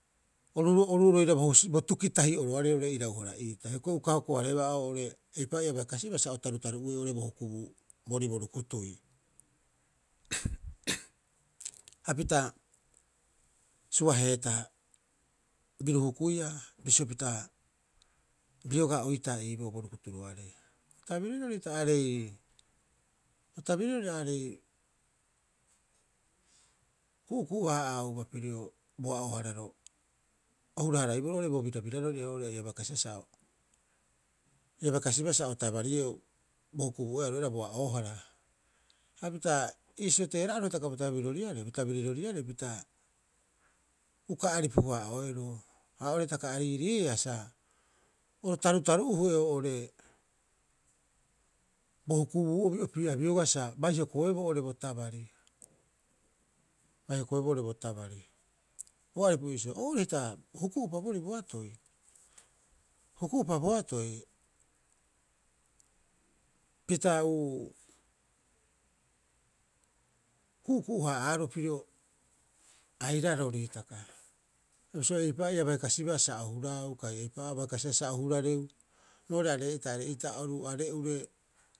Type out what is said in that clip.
Oru, oru roira bo husi bo tuki ta'i'oroarei roo'ore irau- hara'iita hioko'i uka hoko- hareeba oo'ore eipa'oo ia bai kasiba sa o tarutaru'ueu bo hukubu boorii bo rukutui. Hapita suaheetaa biru hukuia bisio pita biogaa oitaa ii boo borukuturoarei. Bo tabirirori aarei bo tabirirori aarei ku'uku'u- haa'auba piro boa'oo- hararo o hura- haraiboro oo'ore bo birabirarori oo'ore ia bai kasiba sa ia bai kasiba sa o tabarieu bo hukubuu'oeaa oru aira boa'ooara. Ha pita iisio teera'aro bo tabiriroriarei bo tabiriroriarei, pita uka aripu- haa'oeroo. Ha oo'ore hitaka a riiriiia sa oro tarutaru'uhue oo'ore bo hukubuu'obi opii'a biogaa sa bai hokoeboo oo'ore bo tabari, bai hokoebo oo'ore bo tabari. Bo aripu iisio. O oira hita huku'upa boorii boatoi, huku'upa boatoi pita u uu, ku'uku'u- haa'aaro pirio airarori hitaka bisio eipa'oo abai kasiba sa o huraau kai eipa'oo ia uka bai kasibaa sa o hurareu roo aree'ita aree'ita oru aro'ure.